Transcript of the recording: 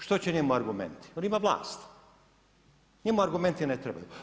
Što će njemu argumenti, on ima vlast, njemu argumenti ne trebaju.